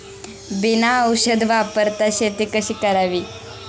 बिना औषध वापरता शेती कशी करावी?